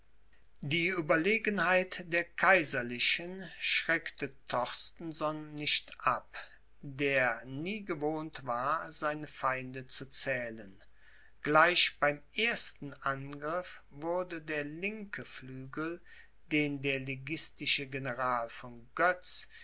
die ueberlegenheit der kaiserlichen schreckte torstenson nicht ab der nie gewohnt war seine feinde zu zählen gleich beim ersten angriff wurde der linke flügel den der liguistische general von götz